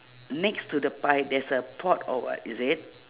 next to the pie there's a pot or what is it